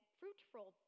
fruitful